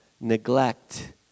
neglect